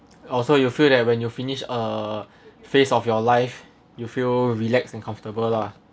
oh so you feel that when you're finished a phase of your life you feel relaxed and comfortable lah